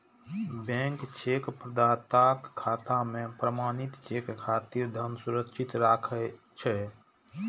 bank cheque प्रदाताक खाता मे प्रमाणित चेक खातिर धन सुरक्षित राखै छै